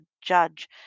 judge